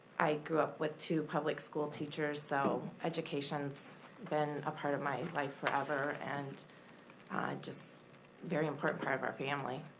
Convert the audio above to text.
i grew up with two public school teachers, so education's been a part of my life forever and just very important part of our family.